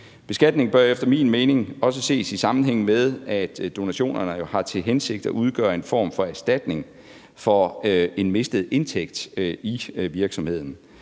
Beskatningen bør efter min mening også ses i sammenhæng med, at donationerne jo har til hensigt at udgøre en form for erstatning for en mistet indtægt i virksomheden,